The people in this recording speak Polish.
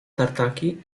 tartaki